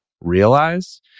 realize